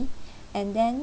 and then